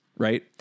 Right